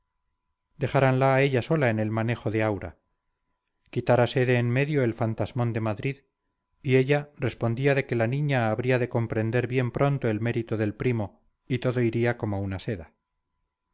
dejáranla a ella sola en el manejo de aura quitárase de en medio el fantasmón de madrid y ella respondía de que la niña habría de comprender bien pronto el mérito del primo y todo iría como una seda